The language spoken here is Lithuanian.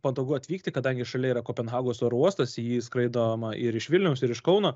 patogu atvykti kadangi šalia yra kopenhagos oro uostas į jį skraidoma ir iš vilniaus ir iš kauno